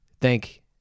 thank